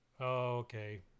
okay